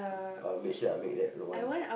I'll make sure I make that